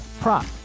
prop